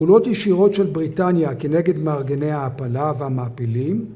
‫עולות ישירות של בריטניה ‫כנגד מארגני העפלה והמעפילים?